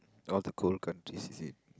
all the cold countries is it